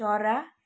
चरा